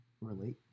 relate